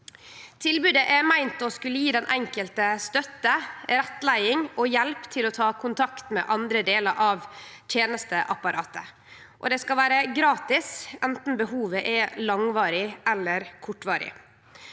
Tilbodet er meint å skulle gje den enkelte støtte, rettleiing og hjelp til å ta kontakt med andre delar av tenesteapparatet, og det skal vere gratis anten behovet er langvarig eller kortvarig.